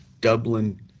Dublin